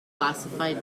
classified